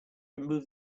remove